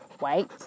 Wait